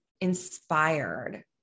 inspired